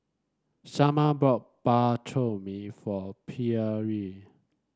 Shamar bought Bak Chor Mee for Pierre